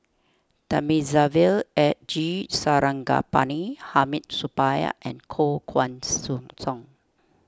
Thamizhavel eh G Sarangapani Hamid Supaat and Koh Guan Song